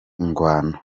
ingwano